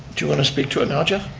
do you want to speak to it now jeff?